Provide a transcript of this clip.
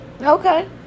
Okay